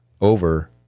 over